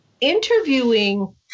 interviewing